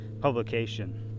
publication